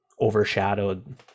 overshadowed